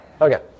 Okay